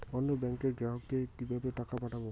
অন্য ব্যাংকের গ্রাহককে কিভাবে টাকা পাঠাবো?